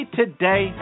today